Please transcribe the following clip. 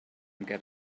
get